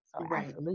right